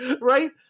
right